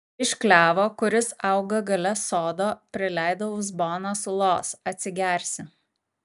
iš klevo kuris auga gale sodo prileidau uzboną sulos atsigersi